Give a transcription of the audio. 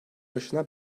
başına